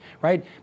Right